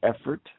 effort